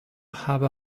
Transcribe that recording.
have